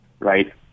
Right